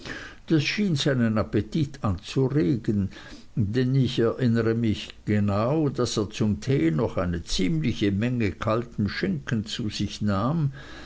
das schien seinen appetit anzuregen denn ich erinnere mich genau daß er zum tee noch eine ziemliche menge kalten schinken zu sich nahm